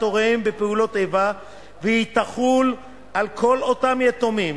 הוריהם בפעולות איבה והיא תחול על כל אותם יתומים